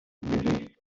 day